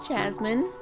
Jasmine